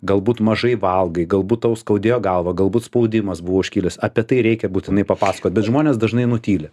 galbūt mažai valgai galbūt tau skaudėjo galvą galbūt spaudimas buvo užkilęs apie tai reikia būtinai papasakot bet žmonės dažnai nutyli